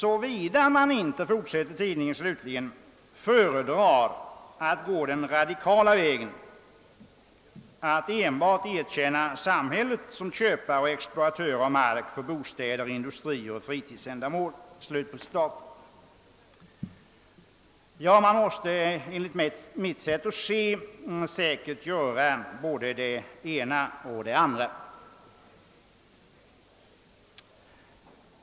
Såvida man inte föredrar att gå den radikala vägen att enbart erkänna samhället som köpare och exploatör av mark för bostäder, industrier och fritidsändamål.» Ja, man måste enligt mitt sätt att se säkerligen göra både det ena och det andra!